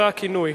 זה הכינוי.